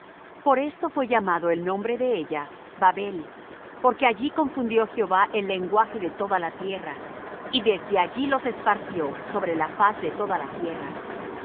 por esto fué llamado el nombre de ella babel porque allí confudió jehová el lenguaje de toda la tierra y desde allí los esparció sobre la faz de toda la tierra